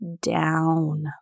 down